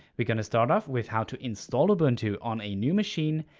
we're gonna start off with how to install ubuntu on a new machine,